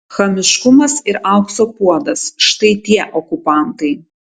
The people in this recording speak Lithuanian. chamiškumas ir aukso puodas štai tie okupantai